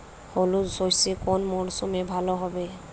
হলুদ সর্ষে কোন মরশুমে ভালো হবে?